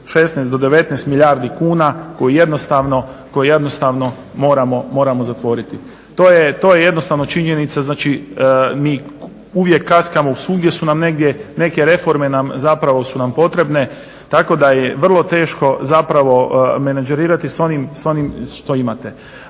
16 do 19 milijardi kuna koju jednostavno moramo zatvoriti. To je jednostavno činjenica znači mi uvijek kaskamo svugdje su nam negdje neke reforme nam zapravo su potrebne tako da je vrlo teško menadžerirati s onim što imate.